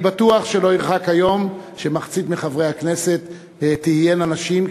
אני בטוח שלא ירחק היום שמחצית מחברי הכנסת יהיו נשים,